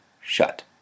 shut